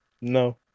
No